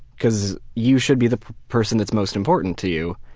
cause you should be the person that's most important to you.